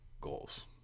goals